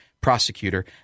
prosecutor